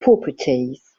properties